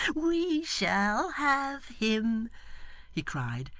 we shall have him he cried,